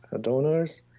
donors